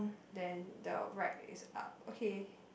then the right is up okay